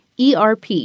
ERP